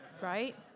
Right